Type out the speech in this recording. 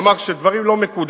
הוא אמר שכשדברים לא מקודמים,